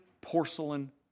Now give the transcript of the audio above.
porcelain